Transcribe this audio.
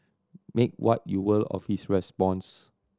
make what you will of his response